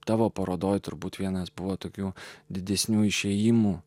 tavo parodoje turbūt vienas buvo tokių didesnių išėjimų